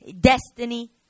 destiny